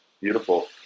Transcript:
Beautiful